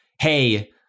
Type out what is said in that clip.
hey